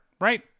right